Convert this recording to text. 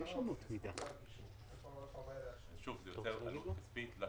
זה יוצר עלות כספית.